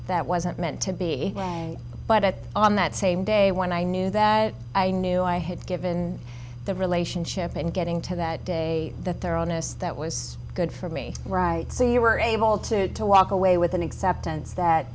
that wasn't meant to be but at on that same day when i knew that i knew i had given the relationship and getting to that day that they're honest that was good for me right so you were able to walk away with an acceptance that